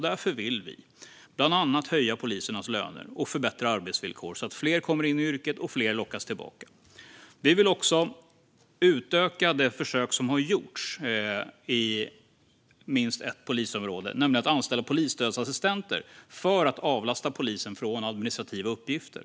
Därför vill vi bland annat höja polisernas löner och förbättra deras arbetsvillkor, så att fler kommer in i yrket och fler lockas tillbaka. Vi vill också utöka det försök som har gjorts i minst ett polisområde, nämligen att anställa polisstödsassistenter för att avlasta polisen administrativa uppgifter.